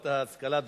אמרת: ההשכלה הדרושה.